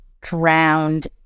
drowned